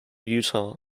utah